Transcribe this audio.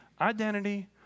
identity